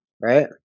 right